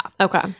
Okay